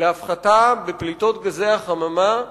להפחתה בפליטות גזי החממה,